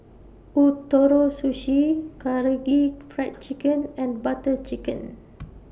Ootoro Sushi Karaage Fried Chicken and Butter Chicken